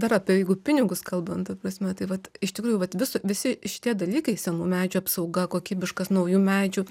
dar apie jeigu pinigus kalbant ta prasme tai vat iš tikrųjų vat viso visi šitie dalykai senų medžių apsauga kokybiškas naujų medžių